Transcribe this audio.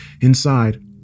Inside